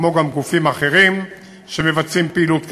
וגופים אחרים שעושים פעילות כזאת.